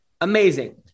Amazing